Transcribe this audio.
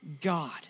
God